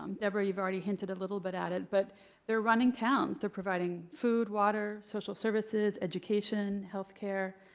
um deborah, you've already hinted a little bit at it. but they're running towns. they're providing food, water, social services, education, health care.